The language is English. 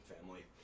family